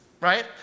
right